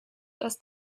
dass